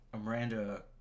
Miranda